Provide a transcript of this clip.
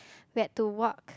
we had to walk